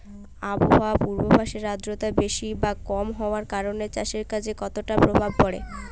আবহাওয়ার পূর্বাভাসে আর্দ্রতা বেশি বা কম হওয়ার কারণে চাষের কাজে কতটা প্রভাব পড়ে?